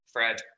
Fred